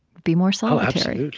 be more solitary.